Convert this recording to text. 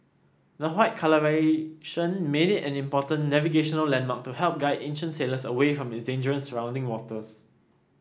the white colouration made it an important navigational landmark to help guide ancient sailors away from its dangerous surrounding waters